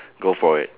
go for it